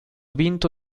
vinto